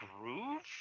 Groove